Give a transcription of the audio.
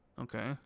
Okay